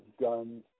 guns